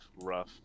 rough